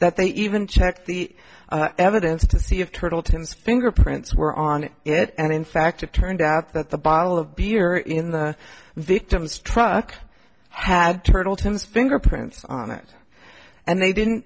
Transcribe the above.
that they even check the evidence to see if turtle tim's fingerprints were on it and in fact it turned out that the bottle of beer in the victim's truck had turtle tim's fingerprints on it and they didn't